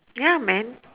ya man